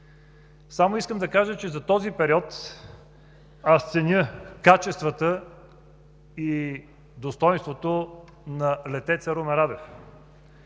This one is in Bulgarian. Само искам да кажа за този период, че аз ценя качествата и достойнството на летеца Румен Радев.